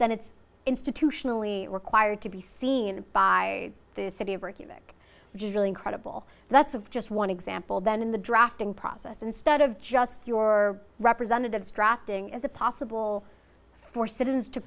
then it's institutionally required to be seen by the city of work you make which is really incredible that's of just one example then in the drafting process instead of just your representatives drafting is it possible for citizens to